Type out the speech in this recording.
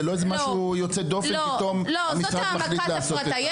זה לא איזה משהו יוצא דופן שפתאום המשרד מחליט לעשות את --- לא,